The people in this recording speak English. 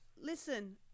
Listen